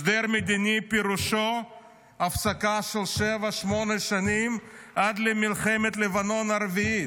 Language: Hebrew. הסדר מדיני פירושו הפסקה של שבע-שמונה שנים עד מלחמת לבנון הרביעית.